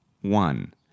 One